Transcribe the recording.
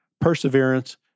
perseverance